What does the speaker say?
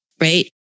right